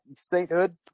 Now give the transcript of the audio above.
sainthood